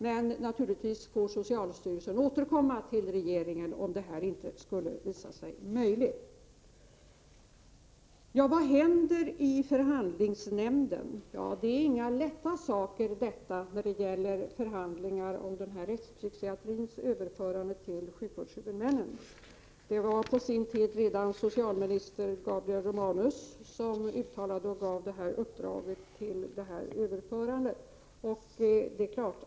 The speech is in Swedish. Men socialstyrelsen får naturligtvis återkomma till regeringen om detta inte skulle visa sig möjligt. Vad händer inom förhandlingsnämnden? undrar frågeställarna. De förhandlingar om rättspsykiatrins överförande till sjukvårdshuvudmännen som pågår är inga lätta saker. Det var dåvarande socialministern Gabriel Romanus som på sin tid överlämnade uppdraget om ett överförande. Det har tagit tid, det är klart.